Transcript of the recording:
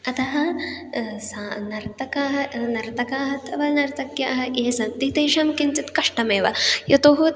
अतः सा नर्तकाः नर्तकाः अथवा नर्तक्यः ये सन्ति तेषां किञ्चित् कष्टमेव यतो हि